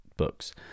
Books